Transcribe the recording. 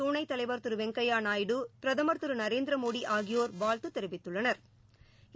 துணைத்தலைவர் திருவெங்கையாநாயுடு பிரதமா் திருநரேந்திரமோடிஆகியோா் வாழத்துதெரிவித்துள்ளனா்